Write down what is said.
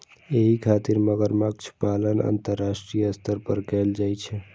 एहि खातिर मगरमच्छ पालन अंतरराष्ट्रीय स्तर पर कैल जाइ छै